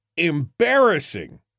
embarrassing